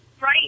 Right